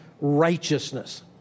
righteousness